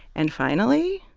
and finally,